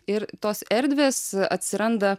ir tos erdvės atsiranda